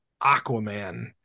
Aquaman